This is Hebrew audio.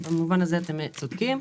במובן הזה אתם צודקים.